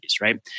right